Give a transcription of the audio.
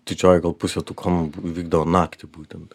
didžioji gal pusė tų komų b įvykdavo naktį būtent